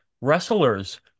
Wrestlers